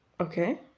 okay